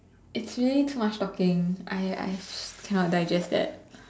it's really too much talking I I cannot digest that